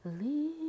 leave